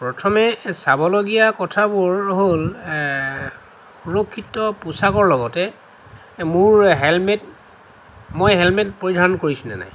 প্ৰথমে চাবলগীয়া কথাবোৰ হ'ল সুৰক্ষিত পোচাকৰ লগতে মোৰ হেলমেট মই হেলমেট পৰিধান কৰিছোঁনে নাই